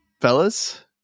fellas